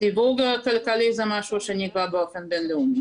סיווג כלכלי זה משהו שנקבע באופן בינלאומי.